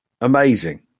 Amazing